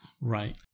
Right